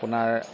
আপোনাৰ